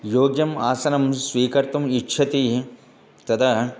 योग्यम् आसनं स्वीकर्तुम् इच्छति तदा